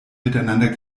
miteinander